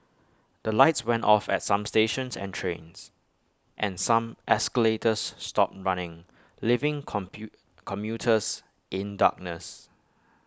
the lights went off at some stations and trains and some escalators stopped running leaving compute commuters in darkness